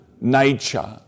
nature